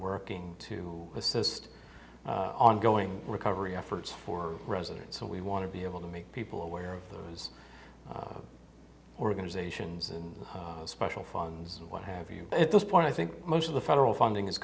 working to assist ongoing recovery efforts for residents and we want to be able to make people aware of those organizations and special funds and what have you at this point i think most of the federal funding